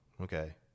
Okay